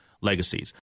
legacies